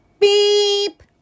beep